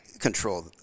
control